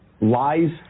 lies